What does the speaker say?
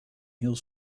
heel